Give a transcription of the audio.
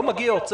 לא מגיעות.